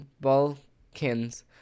balkans